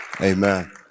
Amen